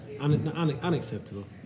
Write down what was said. Unacceptable